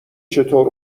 چطور